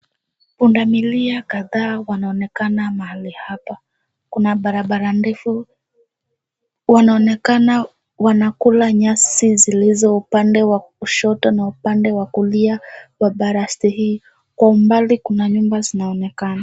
Pundamilia kadhaa wanaonekana mahali hapa. Kuna Barabara ndefu. Wanaonekana wa nakula nyasi zilizo upande wa kushoto na upande wa kulia wa baraste hii kwa mbali kuna nyumba zinaonekana.